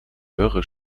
höhere